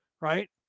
Right